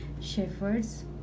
Shepherds